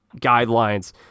guidelines